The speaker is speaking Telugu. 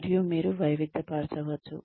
మరియు మీరు వైవిధ్యపరచవచ్చు